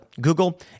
Google